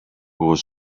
was